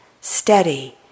steady